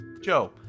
Joe